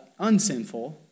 unsinful